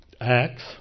Acts